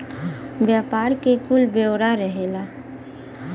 व्यापार के कुल ब्योरा रहेला